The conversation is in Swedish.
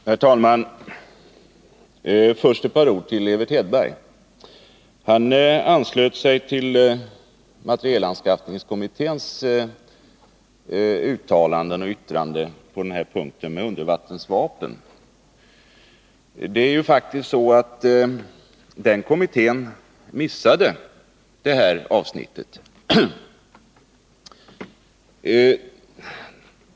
Herr talman! Först ett par ord till Evert Hedberg. Han anslöt sig till materielanskaffningskommitténs yttrande om undervattensvapen. Det är ju faktiskt så att den kommittén missade det här avsnittet.